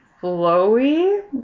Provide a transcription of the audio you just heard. flowy